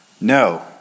No